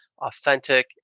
authentic